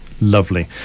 Lovely